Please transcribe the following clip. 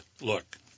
look